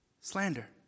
Slander